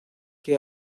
que